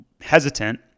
hesitant